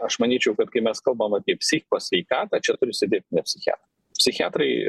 aš manyčiau kad kai mes kalbam apie psichikos sveikatą čia turi sėdėt ne psichiatrai psichiatrai